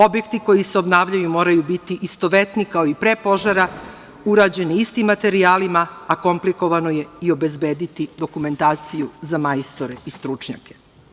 Objekti koji se obnavljaju moraju biti istovetni kao i pre požara, urađeni istim materijalima, a komplikovano je i obezbediti dokumentaciju za majstore i stručnjake.